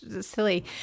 silly